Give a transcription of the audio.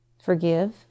forgive